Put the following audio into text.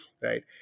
right